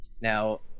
Now